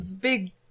big